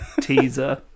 Teaser